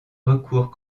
recours